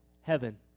Heaven